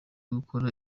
gukora